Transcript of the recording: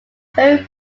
very